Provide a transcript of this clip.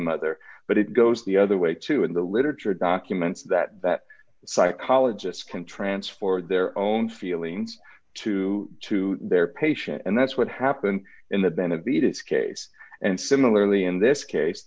mother but it goes the other way too in the literature documents that that psychologists can transform their own feelings to to their patient and that's what happened in the benevides case and similarly in this